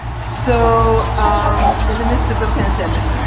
so i'm in the midst of a pandemic.